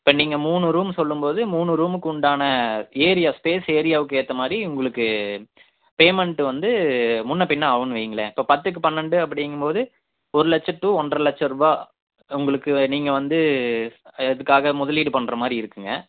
இப்போ நீங்கள் மூணு ரூம் சொல்லும்போது மூணு ரூம்க்கு உண்டான ஏரியாஸ் ஸ்பேஸ் ஏரியாக்கு ஏற்ற மாதிரி உங்களுக்கு பேமென்ட் வந்து முன்னே பின்னே ஆகும்ன்னு வைங்களேன் இப்போ பத்துக்கு பன்னெண்டு அப்படிங்கும்போது ஒரு லட்சம் டூ ஒன்றை லட்சருபா உங்களுக்கு நீங்கள் வந்து அதுக்காக முதலீடு பண்ணுற மாதிரி இருக்குங்க